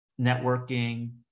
networking